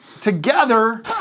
together